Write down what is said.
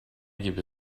gibi